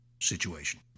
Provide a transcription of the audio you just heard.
situation